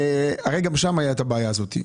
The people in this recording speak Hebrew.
הרי גם אז הייתה הבעיה הזאת,